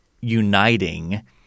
uniting